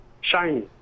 Shiny